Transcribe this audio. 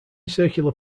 circular